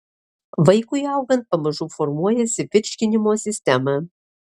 vaikui augant pamažu formuojasi virškinimo sistema